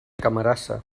camarasa